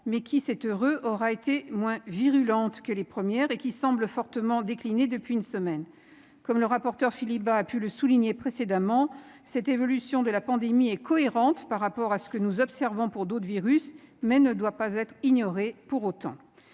mais qui- c'est heureux ! -aura été moins virulente que les premières et qui semble fortement décliner depuis une semaine. Comme le rapporteur, Philippe Bas, a pu le souligner précédemment, l'évolution de la pandémie est cohérente par rapport à ce que nous observons pour d'autres virus, mais elle ne doit pas être ignorée pour autant.